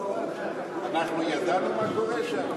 אנחנו ידענו מה קורה שם?